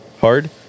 hard